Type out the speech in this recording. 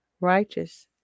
righteous